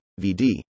VD